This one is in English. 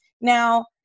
Now